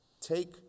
Take